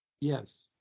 Yes